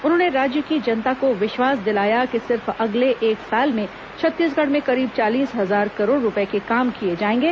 उन्होंने राज्य की जनता को विश्वास दिलाया कि सिर्फ अगले एक साल में छत्तीसगढ़ में करीब चालीस हजार करोड़ रूपये के काम किए जाएंगे